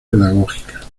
pedagógica